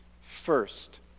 First